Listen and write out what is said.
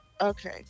Okay